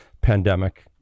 pandemic